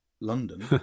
London